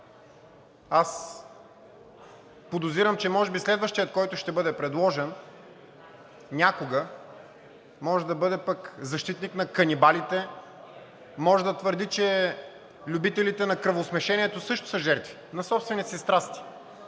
Аз подозирам, че може би следващият, който ще бъде предложен някога, може да бъде пък защитник на канибалите, може да твърди, че любителите на кръвосмешението също са жертви на собствените си страсти.